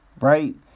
Right